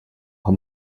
her